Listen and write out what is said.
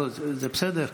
זה בסדר?